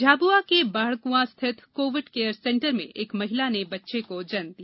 झाब्आ के बाढ़कृंआ स्थित कोविड केयर सेण्टर में एक महिला ने बच्चे को जन्म दिया